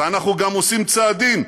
ואנחנו גם עושים צעדים,